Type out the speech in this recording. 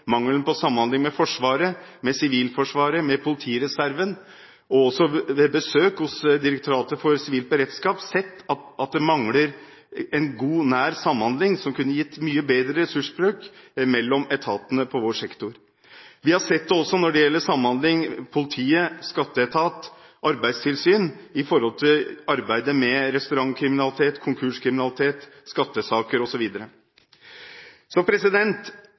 mangelen på samhandling med Forsvaret, med Sivilforsvaret og med politireserven. Også ved besøk hos Direktoratet for samfunnssikkerhet og beredskap har vi sett at det mangler en god, nær samhandling som kunne gitt bedre ressursbruk mellom etatene i vår sektor. Vi har sett det også når det gjelder samhandling mellom politi, skatteetat og arbeidstilsyn med hensyn til arbeidet med restaurantkriminalitet, konkurskriminalitet, skattesaker